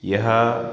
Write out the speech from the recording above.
यः